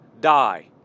die